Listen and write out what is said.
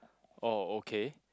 oh okay